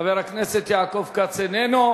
חבר הכנסת יעקב כץ איננו.